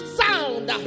sound